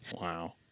Wow